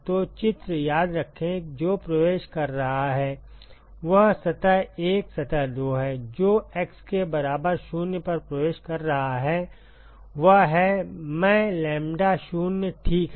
तो चित्र याद रखें जो प्रवेश कर रहा है वह सतह 1 सतह 2 है जो x के बराबर 0 पर प्रवेश कर रहा है वह हैमैं लैम्ब्डा 0 ठीक है